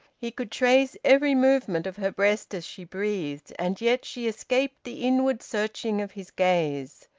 he could trace every movement of her breast as she breathed, and yet she escaped the inward searching of his gaze.